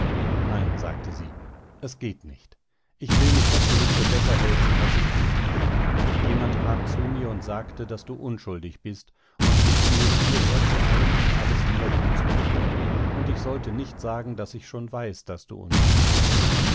nein sagte sie es geht nicht ich will nicht daß du mich für besser hältst als ich bin jemand kam zu mir und sagte daß du unschuldig bist und riet mir hierher zu eilen und alles wieder gutzumachen und ich sollte nicht sagen daß ich schon weiß daß du unschuldig bist